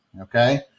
okay